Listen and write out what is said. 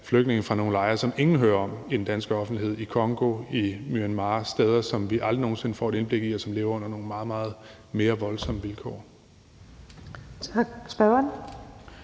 flygtninge fra nogle lejre, som ingen i den danske offentlighed hører om, f.eks. i Congo eller Myanmar. Det er steder, som vi aldrig nogen sinde får et indblik i, og hvor folk lever under nogle meget, meget mere voldsomme vilkår.